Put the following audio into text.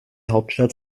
hauptstadt